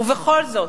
ובכל זאת,